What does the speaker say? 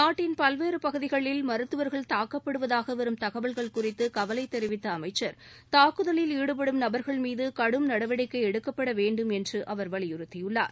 நாட்டின் பல்வேறு பகுதிகளில் மருத்துவர்கள் தாக்கப்படுவதாக வரும் தகவல்கள் குறித்து கவலை தெரிவித்த அமைச்சர் தாக்குதலில் ஈடுபடும் நபர்கள் மீது கடும் நடவடிக்கை எடுக்கப்பட வேண்டும் என்று அவர் வலியுறுத்தி உள்ளார்